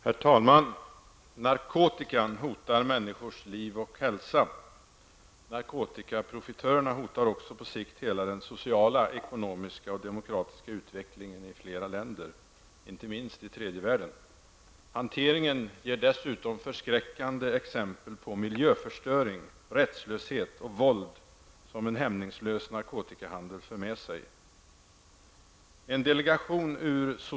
Herr talman! Narkotikan hotar människors liv och hälsa. Narkotikaprofitörerna hotar också på sikt hela den sociala, ekonomiska och demokratiska utvecklingen i flera länder, inte minst i tredje världen. Hanteringen ger dessutom förskräckande exempel på miljöförstöring, rättslöshet och våld som en hämningslös narkotikahandel för med sig.